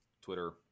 Twitter